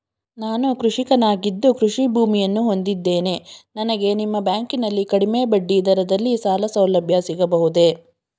ನಾನು ಕೃಷಿಕನಾಗಿದ್ದು ಕೃಷಿ ಭೂಮಿಯನ್ನು ಹೊಂದಿದ್ದೇನೆ ನನಗೆ ನಿಮ್ಮ ಬ್ಯಾಂಕಿನಲ್ಲಿ ಕಡಿಮೆ ಬಡ್ಡಿ ದರದಲ್ಲಿ ಸಾಲಸೌಲಭ್ಯ ಸಿಗಬಹುದೇ?